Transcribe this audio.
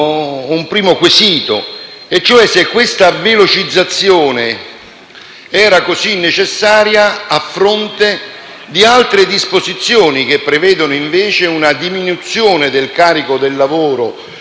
un primo quesito, e cioè se questa velocizzazione fosse così necessaria a fronte di altre disposizioni, che prevedono invece una diminuzione del carico del lavoro